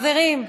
חברים,